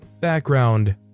background